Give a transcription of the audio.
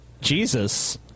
Jesus